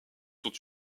sont